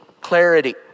clarity